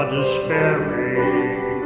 despairing